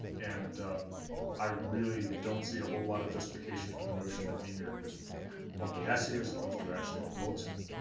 and i really don't see a whole lot of justification for the notion that mimir is one of the aesir, as opposed to actually a yeah ah jotunn,